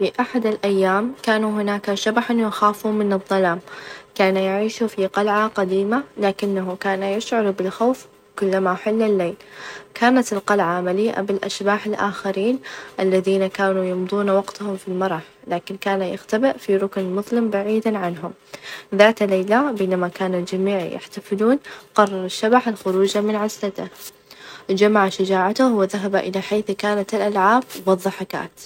في أحد الأيام كان هناك شبح يخاف من الظلام كان يعيش في قلعة قديمة لكنه كان يشعر بالخوف كلما حل الليل، كانت القلعة مليئة بالأشباح الآخرين الذين كانوا يمضون وقتهم في المرح لكن كان يختبئ في ركن مظلم بعيدًا عنهم ذات ليلة بينما كان الجميع يحتفلون قرر الشبح الخروج من عزلته، جمع شجاعته، وذهب إلى حيث كانت الألعاب، والظحكات.